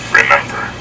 Remember